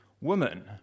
Woman